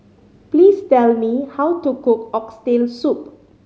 please tell me how to cook Oxtail Soup